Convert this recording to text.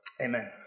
Amen